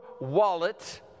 wallet